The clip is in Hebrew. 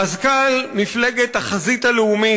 מזכ"ל מפלגת החזית הלאומית,